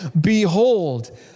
behold